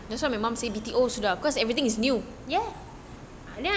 ya